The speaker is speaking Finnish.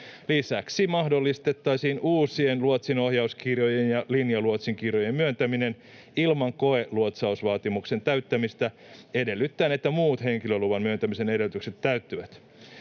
Lisäksi mahdollistettaisiin uusien luotsin ohjauskirjojen ja linjaluotsinkirjojen myöntäminen ilman koeluotsausvaatimuksen täyttämistä edellyttäen, että muut henkilöluvan myöntämisen edellytykset täyttyvät.